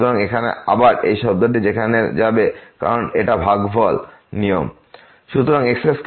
সুতরাং এখানে আবার এই শব্দটি সেখানে যাবে কারণ এটা ভাগফল নিয়ম